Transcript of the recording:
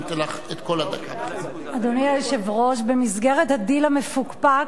אדוני היושב-ראש, במסגרת הדיל המפוקפק,